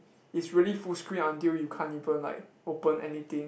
is really full screen until you can't even like open anything